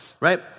right